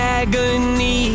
agony